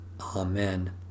Amen